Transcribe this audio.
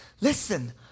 Listen